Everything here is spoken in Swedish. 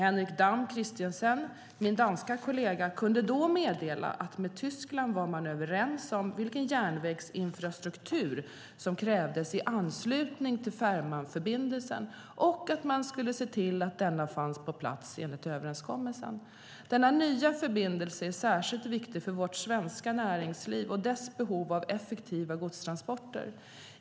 Henrik Dam Kristensen, min danske kollega, kunde då meddela att med Tyskland var man överens om vilken järnvägsinfrastruktur som krävdes i anslutning till Fehmarnförbindelsen och att man skulle se till att denna fanns på plats enligt överenskommelsen. Denna nya förbindelse är särskilt viktig för vårt svenska näringsliv och dess behov av effektiva godstransporter.